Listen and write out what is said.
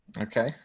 Okay